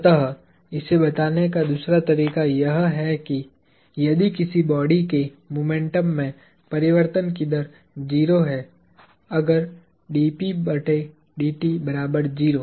तो इसे बताने का दूसरा तरीका यह है कि यदि किसी बॉडी के मोमेंटम में परिवर्तन की दर 0 है अगर तब फिर